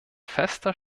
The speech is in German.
fester